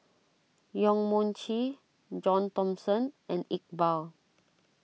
Yong Mun Chee John Thomson and Iqbal